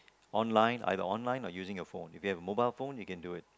online either online or using your phone you get a mobile phone you can do it